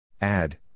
Add